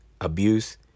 abuse